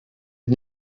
het